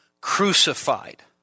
Crucified